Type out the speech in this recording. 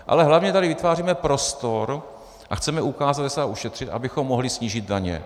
Ale hlavně tady vytváříme prostor a chceme ukázat, kde se dá ušetřit, abychom mohli snížit daně.